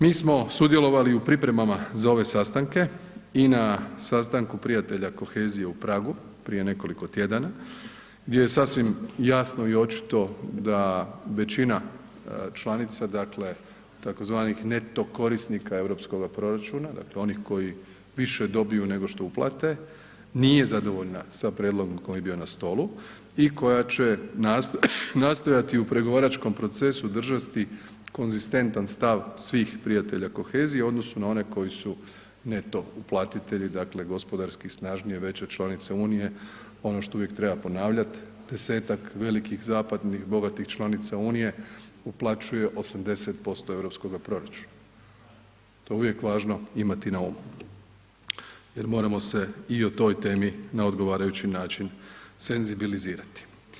Mi smo sudjelovali u pripremama za ove sastanke i na sastanku prijatelja kohezije u Pragu prije nekoliko tjedana gdje je sasvim jasno i očito da većina članica, dakle tzv. neto korisnika europskoga proračuna, dakle onih koji više dobiju nego što uplate, nije zadovoljna sa prijedlogom koji je bio na stolu i koja će nastojati u pregovaračkom procesu držati konzistentan stav svih prijatelja kohezije u odnosu na one koji su neto uplatitelji, dakle gospodarski snažnije, veće članice Unije, ono što uvijek treba ponavljat, 10-tak velikih zapadnih bogatih članica Unije uplaćuje 80% europskoga proračuna, to je uvijek važno imati na umu jer moramo se i o toj temi na odgovarajući način senzibilizirati.